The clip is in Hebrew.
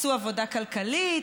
עשו עבודה כלכלית.